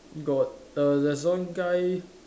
got err there's one guy